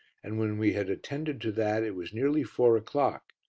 and when we had attended to that, it was nearly four o'clock,